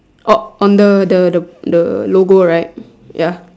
oh on the the the the logo right ya